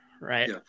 right